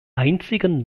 einzigen